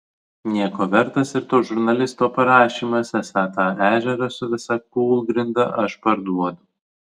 nieko vertas ir to žurnalisto parašymas esą tą ežerą su visa kūlgrinda aš parduodu